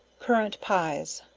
currant pies.